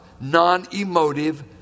non-emotive